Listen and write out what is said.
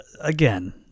Again